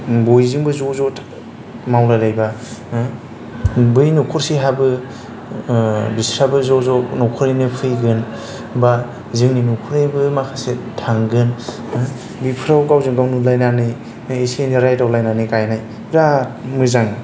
बयजोंबो ज' ज' मावलायलायबा बै न'खरसेहाबो बिस्राबो ज' ज' न'खरैनो फैगोन बा जोंनि न'खरनिबो माखासे थांगोन बेफोराव गावजों गाव नुलायनानै एसे एनै रायदावनानै गायनाय बिराद मोजां